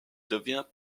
devient